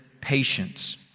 patience